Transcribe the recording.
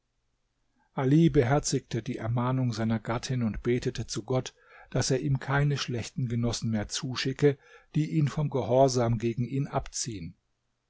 ali beherzigte die ermahnung seiner gattin und betete zu gott daß er ihm keine schlechten genossen mehr zuschicke die ihn vom gehorsam gegen ihn abziehen